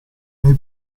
nei